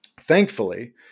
thankfully